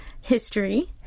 history